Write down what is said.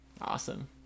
Awesome